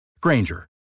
Granger